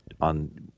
on